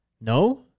No